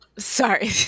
Sorry